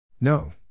No